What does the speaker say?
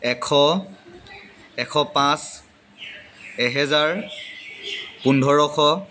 এশ এশ পাঁচ এহেজাৰ পোন্ধৰশ